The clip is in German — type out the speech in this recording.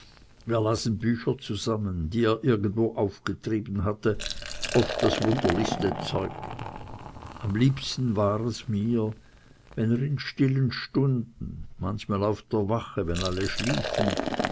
wir lasen bücher zusammen die er irgendwo aufgetrieben hatte oft das wunderlichste zeug am liebsten war es mir wenn er in stillen stunden manchmal auf der wache wenn alle schliefen